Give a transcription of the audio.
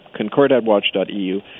concordatwatch.eu